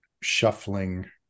shuffling